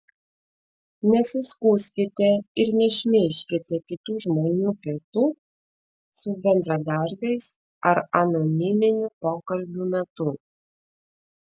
nesiskųskite ir nešmeižkite kitų žmonių pietų su bendradarbiais ar anoniminių pokalbių metų